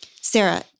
Sarah